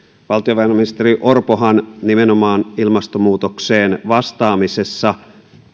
valtiovarainministeri orpohan nimenomaan ilmastonmuutokseen vastaamisessa